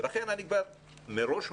לכן אני מראש אומר,